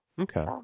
Okay